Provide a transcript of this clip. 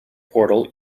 portal